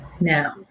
now